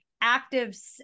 active